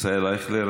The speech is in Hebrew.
ישראל אייכלר,